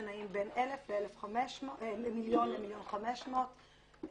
שנעים בין מיליון ל-מיליון ו-500 שקלים